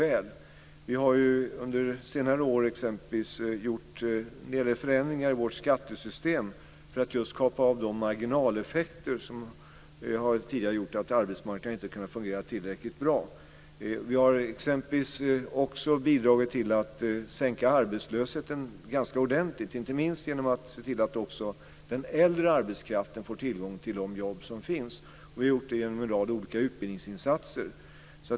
Vi har under senare år exempelvis gjort en hel del förändringar i vårt skattesystem för att eliminera de marginaleffekter som tidigare har gjort att arbetsmarknaden inte kunnat fungera tillräckligt bra. Vi har t.ex. också bidragit till att sänka arbetslösheten ganska ordentligt, inte minst genom att se till att också den äldre arbetskraften får tillgång till de jobb som finns. Det har gjorts genom en rad olika utbildningsinsatser.